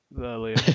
earlier